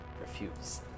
Refuse